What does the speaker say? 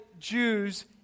Jews